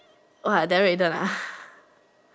what Daryl Aiden ah